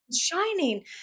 Shining